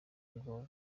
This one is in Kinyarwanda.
ngo